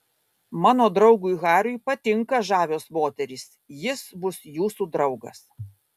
mano draugui hariui patinka žavios moterys jis bus jūsų draugas